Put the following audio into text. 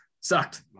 sucked